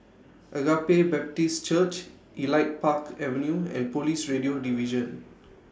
Agape Baptist Church Elite Park Avenue and Police Radio Division